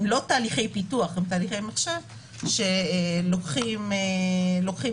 הם לא תהליכי פיתוח, הם תהליכי מחשב שלוקחים זמן.